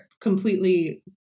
completely